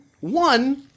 one